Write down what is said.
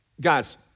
Guys